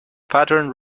patent